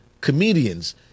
comedians